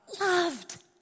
loved